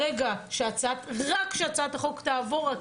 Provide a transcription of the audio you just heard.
רק ברגע שהצעת החוק תעבור,